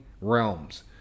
realms